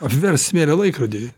apverst smėlio laikrodį